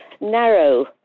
narrow